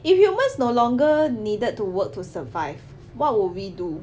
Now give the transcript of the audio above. if humans no longer needed to work to survive what would we do